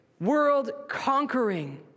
world-conquering